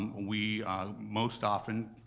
we most often,